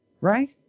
Right